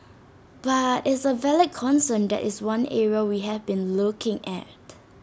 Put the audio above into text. but is A valid concern that is one area we have been looking at